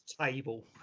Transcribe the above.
table